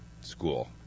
school